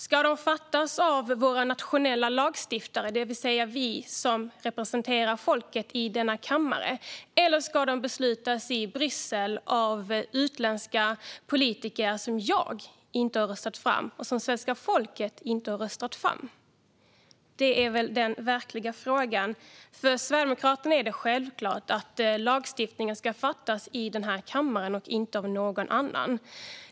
Ska de fattas av våra nationella lagstiftare, det vill säga av oss som representerar folket i denna kammare, eller ska de fattas i Bryssel av utländska politiker som jag inte har röstat fram och som svenska folket inte har röstat fram? Det är väl den verkliga frågan. För Sverigedemokraterna är det självklart att beslut om lagstiftning ska fattas i denna kammare och inte av någon annan.